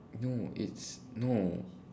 no it's no